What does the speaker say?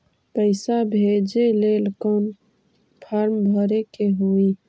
पैसा भेजे लेल कौन फार्म भरे के होई?